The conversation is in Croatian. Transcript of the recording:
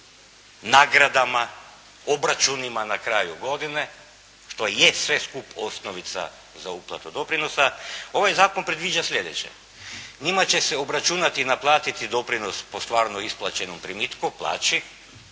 nagradama, obračunima na kraju godine, što je sve skup osnovica za uplatu doprinosa, ovaj zakon predviđa sljedeće. Njima će se obračunati i naplatiti doprinos po stvarnom isplaćenom primitku o plaći,